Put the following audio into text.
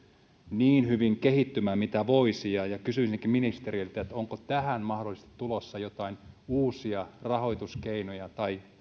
niin hyvin kehittymään kuin voisi kysyisinkin ministeriltä onko tähän mahdollisesti tulossa jotain uusia rahoituskeinoja tai